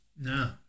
No